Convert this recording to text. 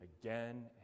again